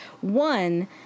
One